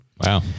Wow